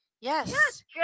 yes